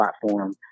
platform